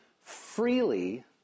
freely